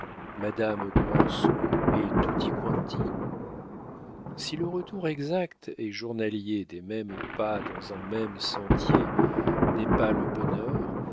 madame granson e tutti quanti si le retour exact et journalier des mêmes pas dans un même sentier n'est pas le bonheur